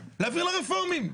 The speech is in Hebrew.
להעביר לרפורמים.